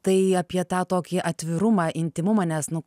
tai apie tą tokį atvirumą intymumą nes nu